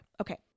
Okay